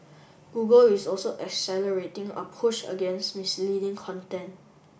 Google is also accelerating a push against misleading content